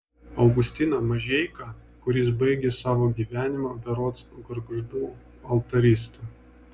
augustiną mažeiką kuris baigė savo gyvenimą berods gargždų altarista